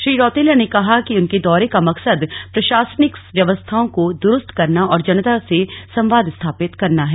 श्री रौतेला ने कहा कि उनके दौरे का मकसद प्रशासनिक व्यवस्थाओं को दुरुस्त करना और जनता से संवाद स्थापित करना है